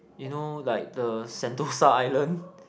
you know like the Sentosa Island